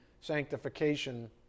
sanctification